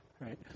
Right